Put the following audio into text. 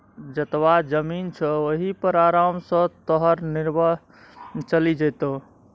जतबा जमीन छौ ओहि पर आराम सँ तोहर निर्वाह चलि जेतौ